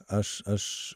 aš aš